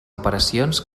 operacions